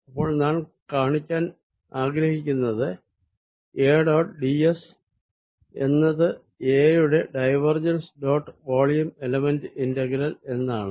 അപ്പോൾ നാം കാണിക്കാൻ ആഗ്രഹിക്കുന്നത് A ഡോട്ട് d s എന്നത് A യുടെ divergence dot volume element integral എന്നാണ്